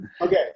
Okay